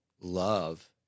love